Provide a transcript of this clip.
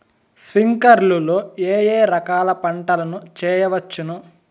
స్ప్రింక్లర్లు లో ఏ ఏ రకాల పంటల ను చేయవచ్చును?